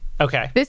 Okay